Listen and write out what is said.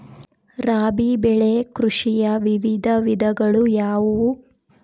ರಾಬಿ ಬೆಳೆ ಕೃಷಿಯ ವಿವಿಧ ವಿಧಗಳು ಯಾವುವು?